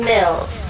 Mills